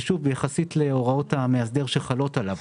ושוב יחסית להוראות המאסדר שחלות עליו.